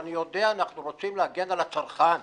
אני יודע, אנחנו רוצים להגן על הצרכן.